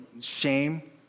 shame